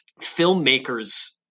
filmmakers